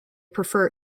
prefer